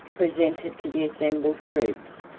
presented to the assembled troops,